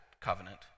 Covenant